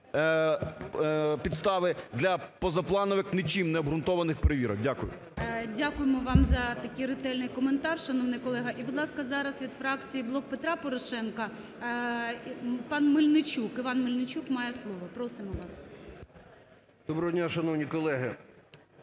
підстави для позапланових, нічим необґрунтованих перевірок. Дякую. ГОЛОВУЮЧИЙ. Дякуємо вам за такий ретельний коментар, шановний колего. І, будь ласка, зараз від фракція "Блок Петра Порошенка" пан Мельничук. Іван Мельничук має слово. Просимо вас. 11:30:35 МЕЛЬНИЧУК І.І. Доброго дня, шановні колеги.